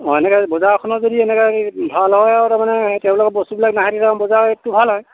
অ এনেকৈ বজাৰখনত যদি এনেকৈ ভাল হয় আৰু তাৰমানে তেওঁলোকে বস্তুবিলাক বজাৰৰ ৰেটটো ভাল হয়